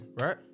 right